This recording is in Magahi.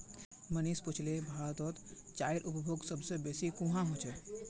मनीष पुछले भारतत चाईर उपभोग सब स बेसी कुहां ह छेक